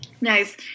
Nice